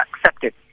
accepted